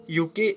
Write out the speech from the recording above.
UK